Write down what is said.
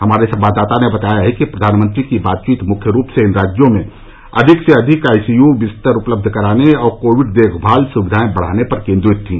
हमारे संवाददाता ने बताया है कि प्रधानमंत्री की बातचीत मुख्य रूप से इन राज्यों में अधिक से अधिक आई सी यू बिस्तर उपलब्ध कराने और कोविड देखभाल सुविधाएं बढ़ाने पर कोंद्रित थी